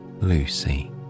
Lucy